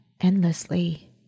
endlessly